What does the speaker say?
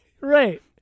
Right